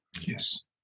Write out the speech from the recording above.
Yes